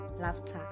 laughter